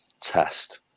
test